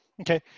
Okay